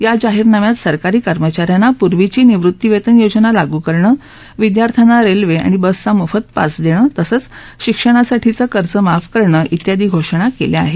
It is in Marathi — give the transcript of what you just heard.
या जाहीरनाम्यात सरकारी कर्मचा यांना पूर्वीची निवृत्ती वेतन योजना लागू करणं विद्यार्थ्यांना रेल्वे आणि बसचा मोफत पास देणं तसंच शिक्षणासाठीचं कर्ज माफ करणं तियादी घोषणा केल्या आहेत